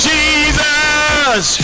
Jesus